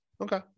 Okay